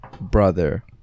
brother